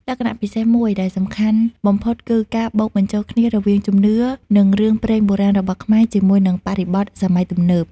លក្ខណៈពិសេសមួយដែលសំខាន់បំផុតគឺការបូកបញ្ចូលគ្នារវាងជំនឿ និងរឿងព្រេងបុរាណរបស់ខ្មែរជាមួយនឹងបរិបទសម័យទំនើប។